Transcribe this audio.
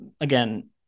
Again